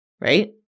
right